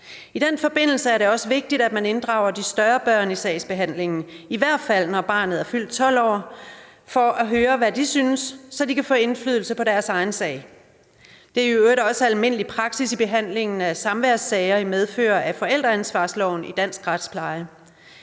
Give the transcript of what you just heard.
I den forbindelse er det også vigtigt, at man inddrager de større børn i sagsbehandlingen, i hvert fald når barnet er fyldt 12 år, for at høre, hvad de synes, så de kan få indflydelse på deres egen sag. Det er i øvrigt også almindelig praksis i behandlingen af samværssager i medfør af forældreansvarsloven i dansk retspleje.